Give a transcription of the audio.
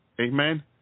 Amen